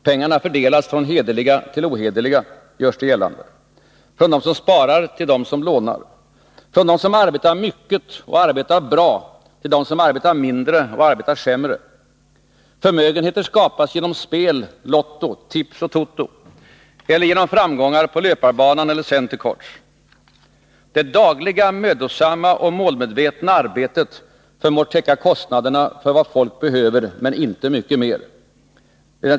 Pengarna fördelas från hederliga till ohederliga, görs det gällande, från den som sparar till den som lånar, från den som arbetar mycket och bra till den som arbetar mindre och sämre. Förmögenheter skapas genom spel, lotto, tips och toto eller genom framgångar på löparbanor eller center-courts. Det dagliga, mödosamma och målmedvetna arbetet förmår täcka kostnaderna för vad folk behöver, men inte mycket mer.